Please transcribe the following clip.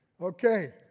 Okay